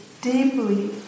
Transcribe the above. deeply